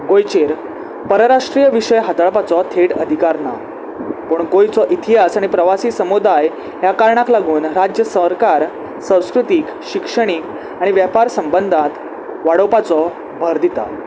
गोंयचेर परराष्ट्रीय विशय हाताळपाचो थेट अधिकार ना पूण गोंयचो इतिहास आनी प्रवासी समुदाय ह्या कारणाक लागून राज्य सरकार संस्कृतीक शिक्षणीक आनी वेपार संबंदात वाडोवपाचो भर दिता